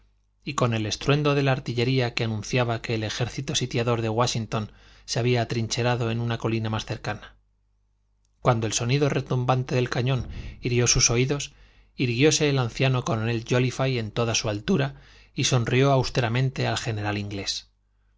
y con el estruendo de la artillería que anunciaba que el ejército sitiador de wáshington se había atrincherado en una colina más cercana cuando el sonido retumbante del cañón hirió sus oídos irguióse el anciano coronel jóliffe en toda su altura y sonrió austeramente al general inglés